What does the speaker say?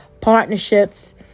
partnerships